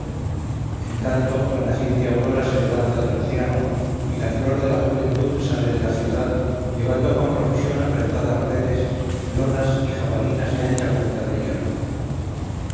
en tanto la naciente aurora se levanta del océano y la flor de la juventud sale de la ciudad llevando con profusión apretadas redes lonas y jabalinas de ancha punta de hierro